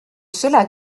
cela